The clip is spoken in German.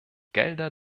gelder